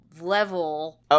level